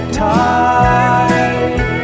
tide